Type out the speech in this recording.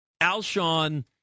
Alshon